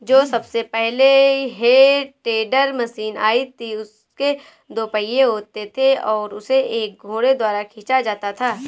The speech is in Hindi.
जो सबसे पहले हे टेडर मशीन आई थी उसके दो पहिये होते थे और उसे एक घोड़े द्वारा खीचा जाता था